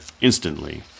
instantly